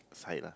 side lah